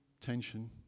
tension